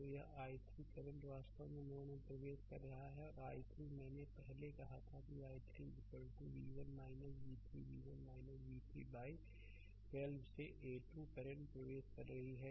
तो यह i3 current वास्तव में नोड में प्रवेश कर रहा है और i3 मैंने पहले कहा था कि i3 v1 v3 v1 v3 by 12 से ए 2 करंट प्रवेश कर रही हैं